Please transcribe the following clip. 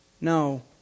No